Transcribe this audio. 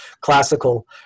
Classical